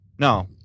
no